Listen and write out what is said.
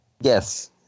yes